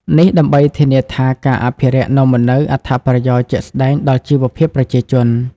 នេះដើម្បីធានាថាការអភិរក្សនាំមកនូវអត្ថប្រយោជន៍ជាក់ស្តែងដល់ជីវភាពប្រជាជន។